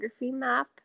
map